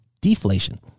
deflation